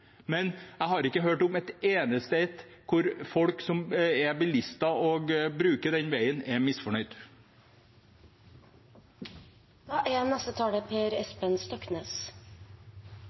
men jeg har ikke hørt om et eneste ett hvor bilister som bruker veien, er misfornøyd. Ja, utbyggingen av E10/rv. 85, også kalt Hålogalandsveien, er